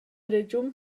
regiun